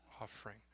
offering